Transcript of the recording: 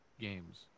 games